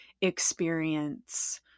experience